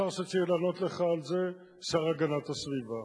השר שצריך לענות לך על זה, השר להגנת הסביבה.